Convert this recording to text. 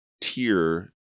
tier